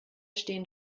stehen